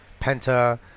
Penta